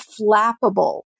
flappable